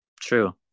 True